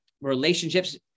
relationships